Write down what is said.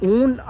un